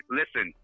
listen